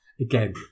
Again